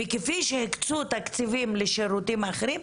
וכפי שהקצו תקציבים לשירותים אחרים,